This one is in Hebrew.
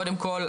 קודם כל,